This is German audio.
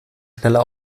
schneller